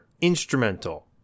instrumental